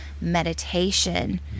meditation